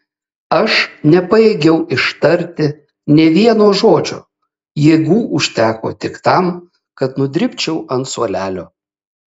aš nepajėgiau ištarti nė vieno žodžio jėgų užteko tik tam kad nudribčiau ant suolelio